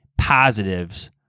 positives